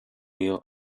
your